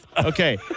Okay